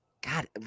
God